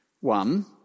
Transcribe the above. One